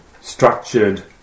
structured